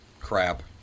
crap